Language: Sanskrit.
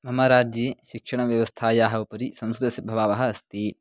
मम राज्ये शिक्षणव्यवस्थायाः उपरि संस्कृतस्य प्रभावः अस्ति